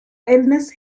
illness